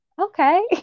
okay